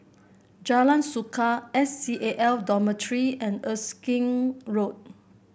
Jalan Suka S C A L Dormitory and Erskine Road